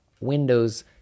Windows